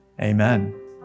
Amen